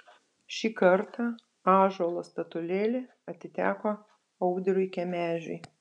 šį kartą ąžuolo statulėlė atiteko audriui kemežiui